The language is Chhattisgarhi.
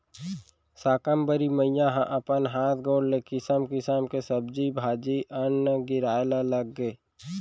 साकंबरी मईया ह अपन हात गोड़ ले किसम किसम के सब्जी भाजी, अन्न गिराए ल लगगे